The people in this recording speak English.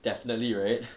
definitely right